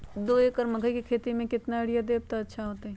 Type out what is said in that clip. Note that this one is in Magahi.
दो एकड़ मकई के खेती म केतना यूरिया देब त अच्छा होतई?